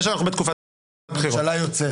ממשלה יוצאת.